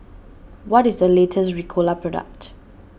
what is the latest Ricola product